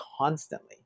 constantly